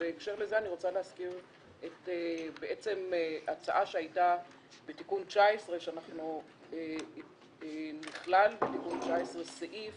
ובהקשר לזה אני רוצה להזכיר הצעה שהייתה בתיקון 19. בתיקון 19 נכלל סעיף